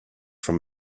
from